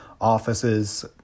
offices